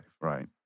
Right